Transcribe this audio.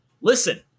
listen